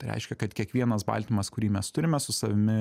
tai reiškia kad kiekvienas baltymas kurį mes turime su savimi